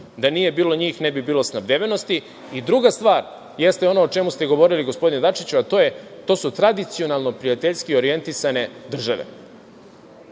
da nije bilo njih, ne bi bilo snabdevenosti. Druga stvar jeste ono o čemu ste govorili, gospodine Dačiću, a to su tradicionalno prijateljski orijentisane države.